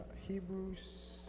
Hebrews